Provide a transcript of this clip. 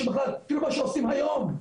תראו מה שעושים היום,